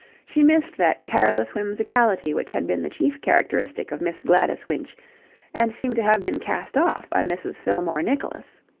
she missed that careless whimsicality which had been the chief characteristic of miss gladys winch and seemed to have been cast off by mrs. fillmore nicholas.